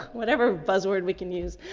whatever buzzword we can use.